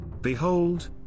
Behold